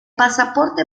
pasaporte